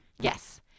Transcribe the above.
Yes